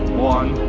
one.